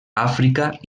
àfrica